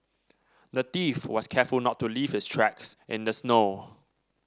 the thief was careful to not leave his tracks in the snow